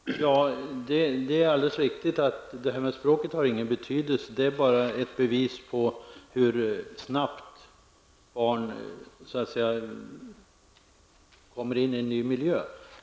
Herr talman! Det är alldeles riktigt att språket inte har någon betydelse. Det är bara ett bevis på hur snabbt barnen kommer in i en ny miljö.